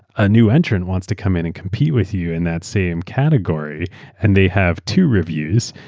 a new entrant wants to come in and compete with you in that same category and they have two reviews.